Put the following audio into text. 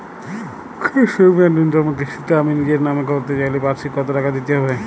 স্বাস্থ্য বীমার ন্যুনতম কিস্তিতে আমি নিজের নামে করতে চাইলে বার্ষিক কত টাকা দিতে হবে?